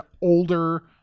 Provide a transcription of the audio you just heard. older